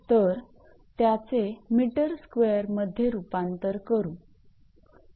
तर त्याचे metre square मध्ये रुपांतर करू